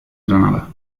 granada